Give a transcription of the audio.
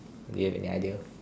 do you have any idea